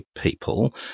people